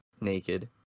naked